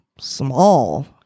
small